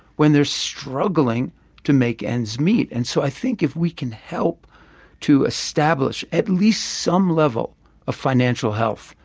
when they're struggling to make ends meet? and so i think if we can help to establish at least some level of financial health,